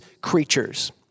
creatures